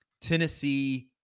Tennessee